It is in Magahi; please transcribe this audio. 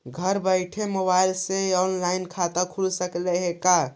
घर बैठल मोबाईल से ही औनलाइन खाता खुल सकले हे का?